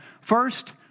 First